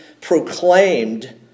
proclaimed